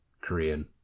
Korean